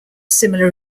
similar